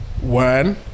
One